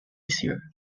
easier